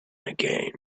again